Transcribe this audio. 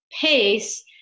pace